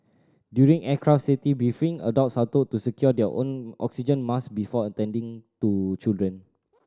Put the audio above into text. during aircraft safety briefing adults are told to secure their own oxygen mask before attending to children